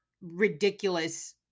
ridiculous